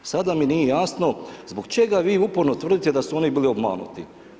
Sada mi nije jasno zbog čega vi uporno tvrdite da su oni bili obmanuti.